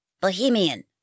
Bohemian